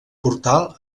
portal